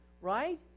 right